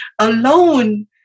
alone